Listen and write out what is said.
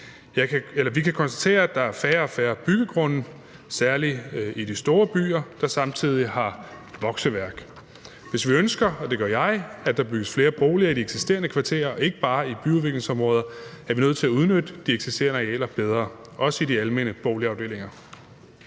Vi kan konstatere, at der er færre og færre byggegrunde, særlig i de store byer, der samtidig har vokseværk. Hvis vi ønsker – og det gør jeg – at der bygges flere boliger i de eksisterende kvarterer og ikke bare i byudviklingsområder, er vi nødt til at udnytte de eksisterende arealer bedre, også i de almene boligafdelinger.